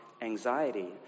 anxiety